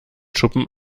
schuppen